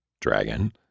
dragon